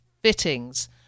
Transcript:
fittings